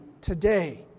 today